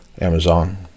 Amazon